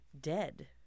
dead